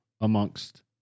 amongst